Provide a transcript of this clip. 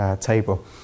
table